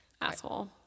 Asshole